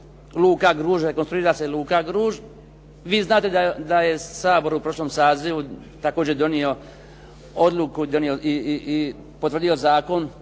luka Gruž i rekonstruira se luka Gruž. Vi znate da je Sabor u prošlom sazivu također donio odluku i potvrdio zakon